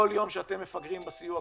כל יום שאתם מפגרים בסיוע,